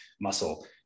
muscle